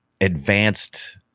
Advanced –